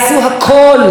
אבל זה לא קורה,